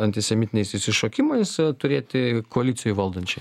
antisemitiniais išsišokimais turėti koalicijoj valdančioj